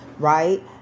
Right